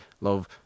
love